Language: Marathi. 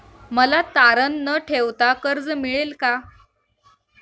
मला तारण न ठेवता कर्ज मिळेल का?